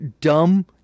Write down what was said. dumb